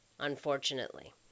unfortunately